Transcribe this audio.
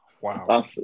Wow